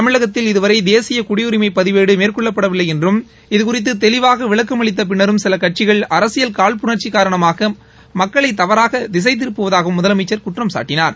தமிழகத்தில் இதுவரை தேசிய குடியுரிமை பதிவேடு மேற்கொள்ளப்படவில்லை என்றும் இது குறித்து தெளிவாக விளக்கம் அளித்த பின்னரும் சில கட்சிகள் அரசியல் காழ்ப்புணர்ச்சி காரணமாக மக்களை தவறாக திசைத்திருப்புவதாகவும் முதலமைச்சர் குற்றம்சாட்டினார்